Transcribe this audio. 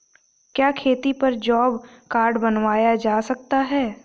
क्या खेती पर जॉब कार्ड बनवाया जा सकता है?